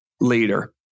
leader